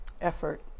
effort